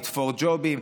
לתפור ג'ובים.